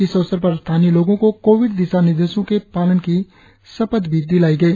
इस अवसर पर स्थानीय लोगो को कोविड दिशानिर्देशों के पालन की शपथ भी दिलाई गई